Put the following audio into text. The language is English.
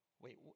wait